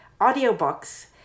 audiobooks